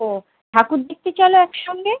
ও ঠাকুর দেখতে চলো একসঙ্গে